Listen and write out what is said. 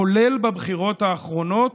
כולל בבחירות האחרונות,